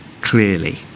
clearly